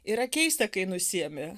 yra keista kai nusiėmi